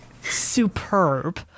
superb